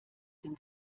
dem